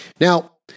Now